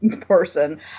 person